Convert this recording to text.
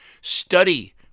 study